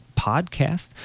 podcast